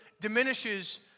diminishes